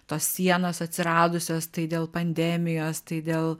tos sienos atsiradusios tai dėl pandemijos tai dėl